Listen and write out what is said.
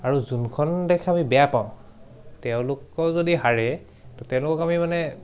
আৰু যোনখন দেশ আমি বেয়া পাওঁ তেওঁলোক যদি হাৰে তেওঁলোকক আমি মানে